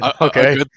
Okay